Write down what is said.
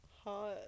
hot